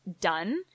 done